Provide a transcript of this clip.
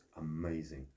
amazing